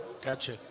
gotcha